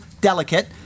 delicate